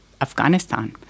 Afghanistan